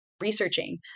researching